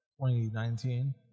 2019